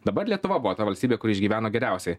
dabar lietuva buvo ta valstybė kuri išgyveno geriausiai